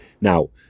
now